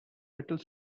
little